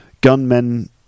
Gunmen